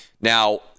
Now